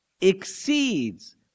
exceeds